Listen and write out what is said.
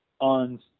on